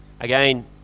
Again